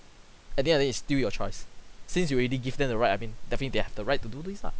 at the end of the day it's still your choice since you already give them the right I mean definitely they have the right to do this lah